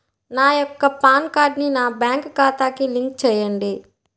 నా యొక్క పాన్ కార్డ్ని నా బ్యాంక్ ఖాతాకి లింక్ చెయ్యండి?